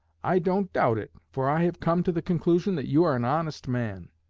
i don't doubt it, for i have come to the conclusion that you are an honest man